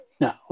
no